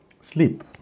Sleep